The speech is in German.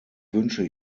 wünsche